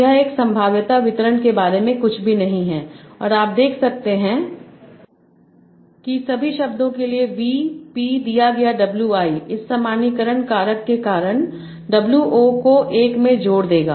यह एक संभाव्यता वितरण के बारे में कुछ भी नहीं है और आप देख सकते हैं कि सभी शब्दों के लिए वि P दिया गया WI इस सामान्यीकरण कारक के कारण Wo को 1 में जोड़ देगा